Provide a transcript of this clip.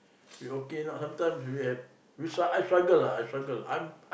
we okay not sometimes we have we s~ I struggle lah I struggle I'm